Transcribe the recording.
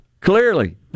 Clearly